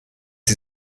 sie